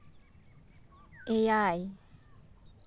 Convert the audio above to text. ᱮᱭᱟᱭ